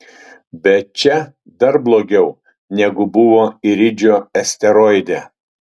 bet čia dar blogiau negu buvo iridžio asteroide